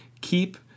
keep